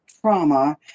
trauma